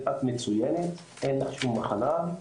את מצוינת אין לך שום מחלה.